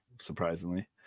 surprisingly